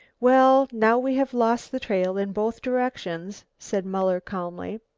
well, now we have lost the trail in both directions, said muller calmly.